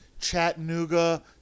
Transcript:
Chattanooga